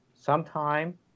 sometime